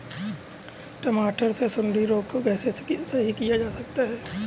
टमाटर से सुंडी रोग को कैसे सही किया जा सकता है?